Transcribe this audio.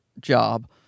job